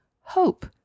hope